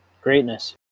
Greatness